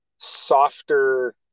softer